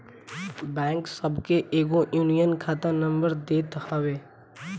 bank सबके एगो unique खाता नंबर देत हवे